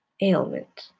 ailment